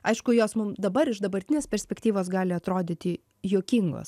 aišku jos mum dabar iš dabartinės perspektyvos gali atrodyti juokingos